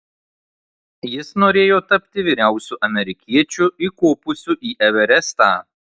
jis norėjo tapti vyriausiu amerikiečiu įkopusių į everestą